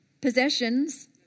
Possessions